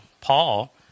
Paul